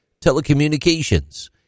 telecommunications